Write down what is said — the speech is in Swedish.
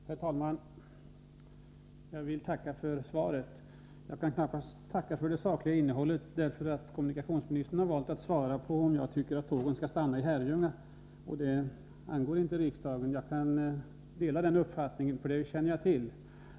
Herr talman! Jag vill tacka för svaret. Jag kan knappast tacka för det sakliga innehållet, eftersom kommunikationsministern valt att i svaret utgå från huruvida jag tycker att tågen skall stanna i Herrljunga, och det angår inte riksdagen. På denna punkt kan jag dela kommunikationsministerns uppfattning, som jag känner till.